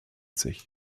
sich